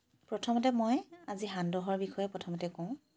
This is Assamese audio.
প্ৰথমতে মই আজি সান্দহৰ বিষয়ে প্ৰথমতে কওঁ